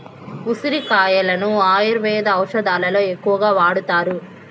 ఉసిరి కాయలను ఆయుర్వేద ఔషదాలలో ఎక్కువగా వాడతారు